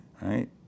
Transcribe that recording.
Right